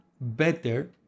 better